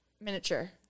miniature